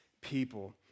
people